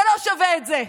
זה לא שווה את זה.